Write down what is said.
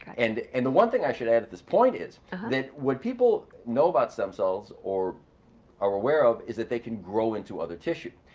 and and the one thing i should add at this point is that what people know about stem cells or are aware of is that they can grow into other tissue,